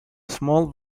small